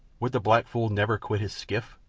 would the black fool never quit his skiff?